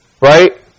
Right